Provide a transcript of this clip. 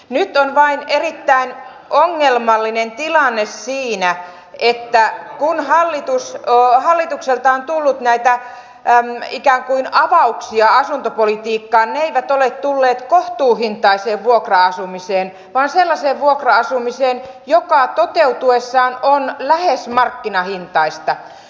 nyt on vain erittäin ongelmallinen tilanne siinä että kun hallitukselta on tullut näitä ikään kuin avauksia asuntopolitiikkaan ne eivät ole tulleet kohtuuhintaiseen vuokra asumiseen vaan sellaiseen vuokra asumiseen joka toteutuessaan on lähes markkinahintaista